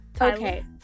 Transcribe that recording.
Okay